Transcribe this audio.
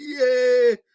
yay